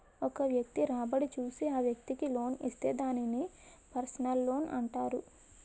ఒక వ్యక్తి రాబడి చూసి ఆ వ్యక్తికి లోన్ ఇస్తే దాన్ని పర్సనల్ లోనంటారు